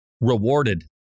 rewarded